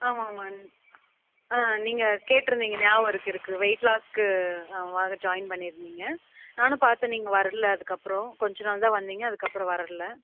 ஆமா ஆமாங்க நீங்கள் கேட்டுருந்திங்க நியாபகம் இருக்குது இருக்குது வெயிட் லாஸ்க்கு வர ஜாயின் பண்ணிருந்திங்க நானும் பார்த்தன் நீங்கள் வரல அதுக்கு அப்புறோம் கொஞ்சம் நாள்தான் வந்திங்க அதுக்கு அப்புறோம் வரல